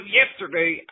yesterday